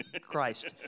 Christ